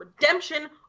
redemption